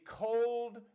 cold